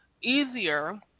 easier